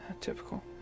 Typical